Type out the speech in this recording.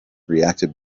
reacted